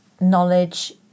knowledge